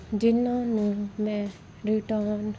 ਜਿਨ੍ਹਾਂ ਨੂੰ ਮੈਂ ਰਿਟਰਨ